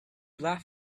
laugh